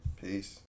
Peace